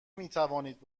میتوانید